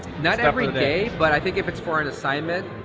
not every day, but i think if it's for an assignment,